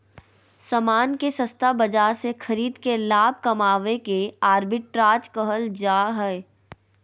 सामान के सस्ता बाजार से खरीद के लाभ कमावे के आर्बिट्राज कहल जा हय